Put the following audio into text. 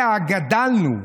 שעליה גדלנו,